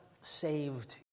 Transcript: saved